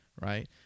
right